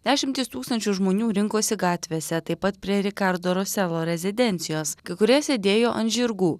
dešimtys tūkstančių žmonių rinkosi gatvėse taip pat prie rikardo roselo rezidencijos kai kurie sėdėjo ant žirgų